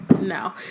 no